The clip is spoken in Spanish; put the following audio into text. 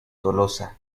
tolosa